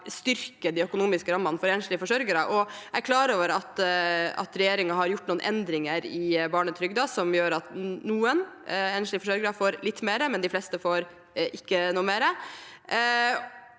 styrke de økonomiske rammene for enslige forsørgere. Jeg er klar over at regjeringen har gjort noen endringer i barnetrygden som gjør at noen enslige forsørgere får litt mer, men de fleste får ikke noe mer.